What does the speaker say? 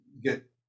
get